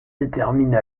déterminent